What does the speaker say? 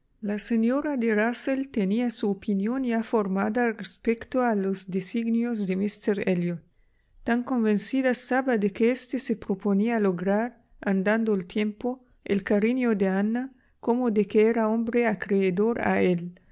la señora de rusell tenía su opinión ya formada respecto a los designios de míster elliot tan convencida estaba de que éste se proponía lograr andando el tiempo el cariño de ana como de que era hombre acreedor a él